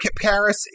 Paris